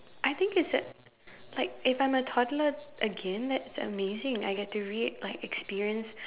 I think it's a like if I'm a toddler again that's amazing I get to re~ like experience